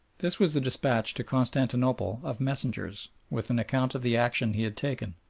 this was the despatch to constantinople of messengers, with an account of the action he had taken,